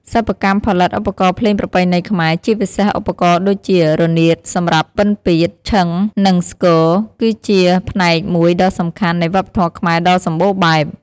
សិប្បកម្មផលិតឧបករណ៍ភ្លេងប្រពៃណីខ្មែរ ជាពិសេសឧបករណ៍ដូចជា រនាតសម្រាប់ ពិណពាទ្យ, ឈិងនិង ស្គរ គឺជាផ្នែកមួយដ៏សំខាន់នៃវប្បធម៌ខ្មែរដ៏សម្បូរបែប។